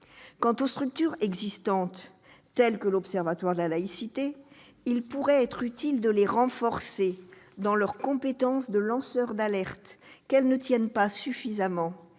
Quant aux structures existantes, telles que l'Observatoire de la laïcité, il pourrait être utile de les renforcer dans leur compétence de lanceurs d'alerte, qu'elles n'assument pas suffisamment,